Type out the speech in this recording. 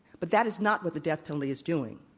but that is not what the death penalty is doing.